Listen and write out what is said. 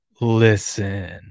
listen